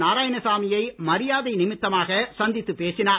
நாராயணசாமி யை மரியாதை நிமித்தமாக சந்தித்துப் பேசினார்